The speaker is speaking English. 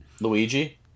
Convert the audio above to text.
Luigi